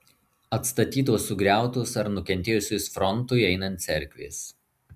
atstatytos sugriautos ar nukentėjusios frontui einant cerkvės